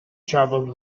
travelled